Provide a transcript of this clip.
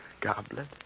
goblet